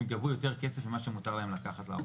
גבו יותר כסף ממה שמותר להם לקחת מהעובדים.